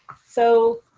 so,